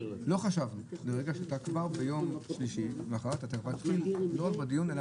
לא חשבנו לרגע שאתה כבר ביום שלישי תגיע להצבעות.